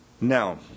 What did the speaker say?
Now